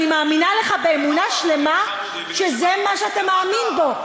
אני מאמינה לך באמונה שלמה שזה מה שאתה מאמין בו.